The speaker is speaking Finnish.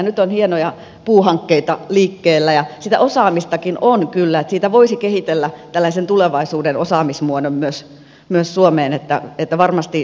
nyt on hienoja puuhankkeita liikkeellä ja sitä osaamistakin on kyllä että siitä voisi kehitellä tällaisen tulevaisuuden osaamismuodon suomeen